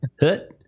hut